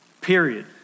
period